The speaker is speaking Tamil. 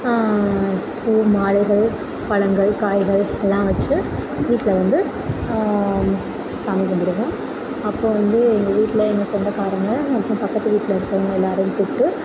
பூ மாலைகள் பழங்கள் காய்கள் எல்லாம் வச்சு வீட்டில் வந்து சாமி கும்பிடுவோம் அப்போது வந்து எங்கள் வீட்டில் எங்கள் சொந்தக்காரங்கள் அப்புறம் பக்கத்து வீட்டில் இருக்கிறவங்க எல்லோரையும் கூப்பிட்டு